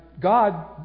God